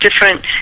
different